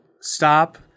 stop